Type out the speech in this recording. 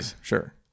sure